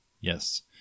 Yes